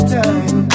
time